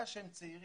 מאז שהם צעירים,